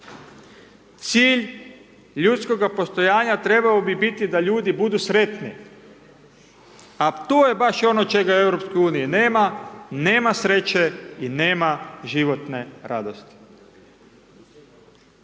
Cilj ljudskoga postojanja trebao bi biti da ljudi budu sretni, a to je baš ono čega u Europskoj uniji nema, nema sreće i nema životne radosti.